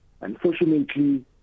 Unfortunately